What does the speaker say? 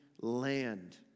land